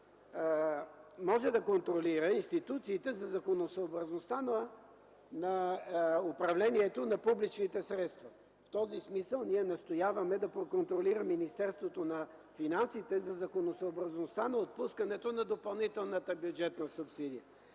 може да контролира институциите за законосъобразността на управлението на публичните средства. В този смисъл ние настояваме да проконтролира Министерството на финансите за законосъобразността на отпускането на допълнителната бюджетна субсидия.